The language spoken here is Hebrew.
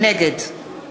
נגד